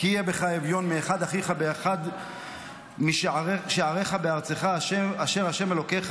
"כי יהיה בך אביון מאחד אחיך באחד שעריך בארצך אשר ה' אלוקיך